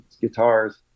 Guitars